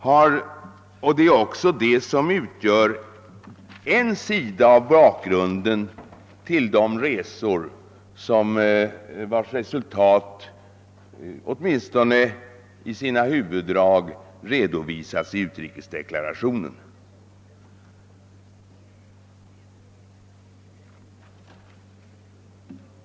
Det utgör också en del av bakgrunden till de resor vilkas resultat åtminstone i sina huvuddrag redovisas i utrikesdeklarationen.